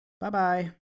Bye-bye